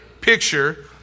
picture